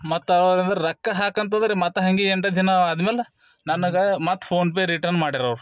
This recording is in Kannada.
ಮತ್ತೆ ಅವಾಗ ಅಂದ್ರೆ ರೊಕ್ಕ ಹಾಕಿ ಅಂತಂದ್ರೆ ಮತ್ತೆ ಹಾಗೆ ಎಂಟತ್ತು ದಿನ ಆದ್ಮೇಲೆ ನನಗೆ ಮತ್ತೆ ಫೋನ್ ಪೇ ರಿಟರ್ನ್ ಮಾಡಿರ್ರ್ ಅವರು